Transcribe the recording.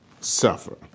suffer